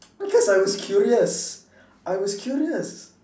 because I was curious I was curious